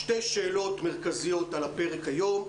שתי שאלות מרכזיות על הפרק היום.